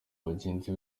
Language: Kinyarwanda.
bagenzi